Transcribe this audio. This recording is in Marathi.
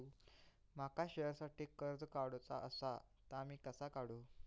माका शेअरसाठी कर्ज काढूचा असा ता मी कसा काढू?